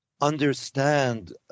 understand